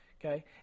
Okay